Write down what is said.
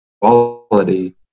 quality